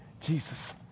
Jesus